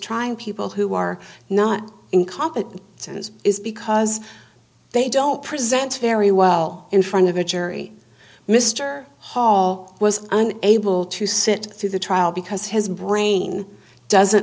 trying people who are not incompetent and it is because they don't present very well in front of a jury mr hall was an able to sit through the trial because his brain doesn't